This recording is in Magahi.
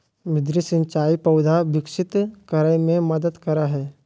मृदु सिंचाई पौधा विकसित करय मे मदद करय हइ